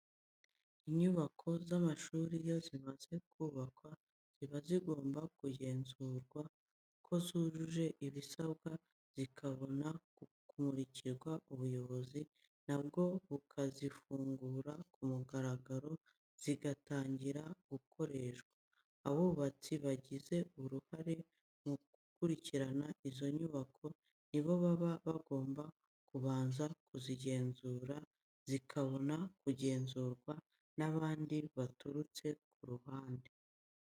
Inyubako z'amashuri iyo zimaze kubakwa ziba zigomba kugenzurwa ko zujuje ibisabwa zikabona kumurikirwa ubuyobozi na bwo bukazifungura ku mugaragaro, zigatangira gukoreshwa. Abubatsi bagize uruhare mu gukurikirana izo nyubako ni bo baba bagomba kubanza kuzigenzura zikabona kugenzurwa n'abandi baturutse ku ruhande.